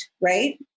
Right